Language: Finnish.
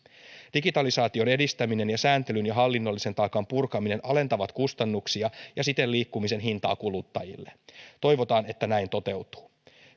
digitalisaation edistäminen ja sääntelyn ja hallinnollisen taakan purkaminen alentavat kustannuksia ja siten liikkumisen hintaa kuluttajille toivotaan että näin toteutuu